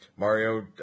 Mario